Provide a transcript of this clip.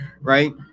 right